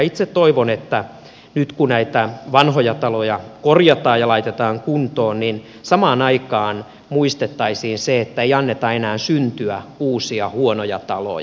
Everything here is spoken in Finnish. itse toivon että nyt kun näitä vanhoja taloja korjataan ja laitetaan kuntoon niin samaan aikaan muistettaisiin se että ei anneta enää syntyä uusia huonoja taloja